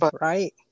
right